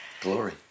Glory